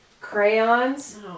crayons